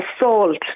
assault